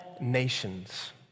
nations